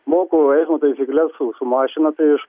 moku eismo taisykles su mašina iat aš